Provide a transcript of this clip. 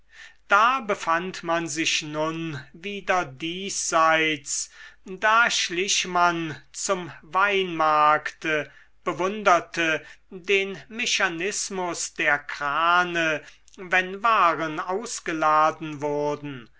da befand man sich nun wieder diesseits da schlich man zum weinmarkte bewunderte den mechanismus der krane wenn waren ausgeladen wurden